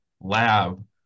lab